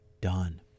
done